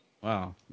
Wow